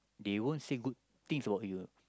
they won't say good things about you ah